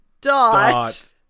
Dot